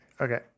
Okay